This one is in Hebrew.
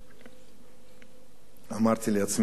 אמרתי לעצמי, לא.